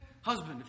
husband